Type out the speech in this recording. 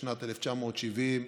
בשנת 1970,